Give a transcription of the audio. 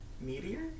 Meteor